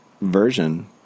version